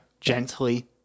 gently